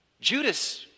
Judas